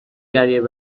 carrier